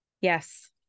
Yes